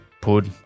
put